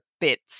bits